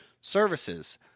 services